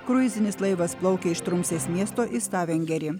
kruizinis laivas plaukė iš trumsės miesto į stavangerį